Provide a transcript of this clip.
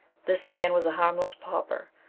this man was a harmless pauper,